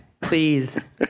please